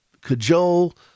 cajole